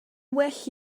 well